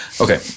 Okay